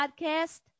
Podcast